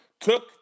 took